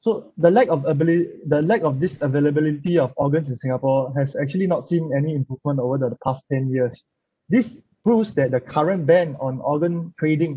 so the lack of abili~ the lack of this availability of organs in singapore has actually not seen any improvement over the past ten years this proves that the current ban on organ trading